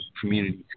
community